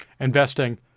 Investing